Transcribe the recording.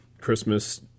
Christmas